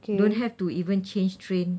don't have to even change train